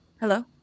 Hello